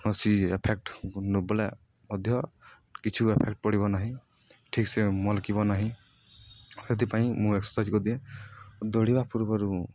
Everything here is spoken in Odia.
କୌଣସି ଏଫେକ୍ଟ ନ ପଡ଼ିଲେ ମଧ୍ୟ କିଛି ଏଫେକ୍ଟ ପଡ଼ିବ ନାହିଁ ଠିକ୍ ସେ ମଲ୍କିବ ନାହିଁ ସେଥିପାଇଁ ମୁଁ ଏକ୍ସର୍ସାଇଜ୍ କରିଦିଏ ଦୌଡ଼ିବା ପୂର୍ବରୁ